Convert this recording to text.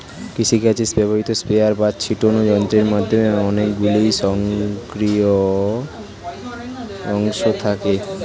কৃষিকাজে ব্যবহৃত স্প্রেয়ার বা ছিটোনো যন্ত্রের মধ্যে অনেকগুলি স্বয়ংক্রিয় অংশ থাকে